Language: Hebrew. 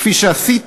כפי שעשית